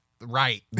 right